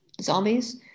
zombies